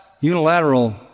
unilateral